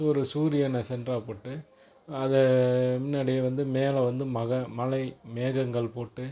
ஒரு சூரியனை சென்ட்ரா போட்டு அதை முன்னாடியே வந்து மேலே வந்து மழை மழை மேகங்கள் போட்டு